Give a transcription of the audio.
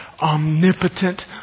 omnipotent